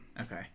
Okay